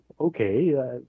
okay